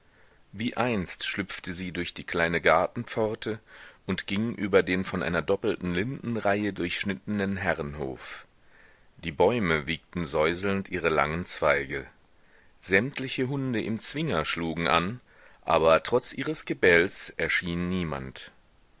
wie einst schlüpfte sie durch die kleine gartenpforte und ging über den von einer doppelten lindenreihe durchschnittenen herrenhof die bäume wiegten säuselnd ihre langen zweige sämtliche hunde im zwinger schlugen an aber trotz ihres gebells erschien niemand